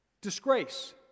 Disgrace